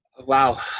wow